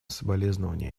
соболезнования